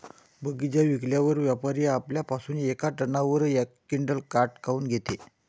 बगीचा विकल्यावर व्यापारी आपल्या पासुन येका टनावर यक क्विंटल काट काऊन घेते?